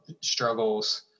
struggles